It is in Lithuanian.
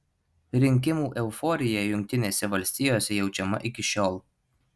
rinkimų euforija jungtinėse valstijose jaučiama iki šiol